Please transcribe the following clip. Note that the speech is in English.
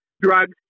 drugs